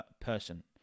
person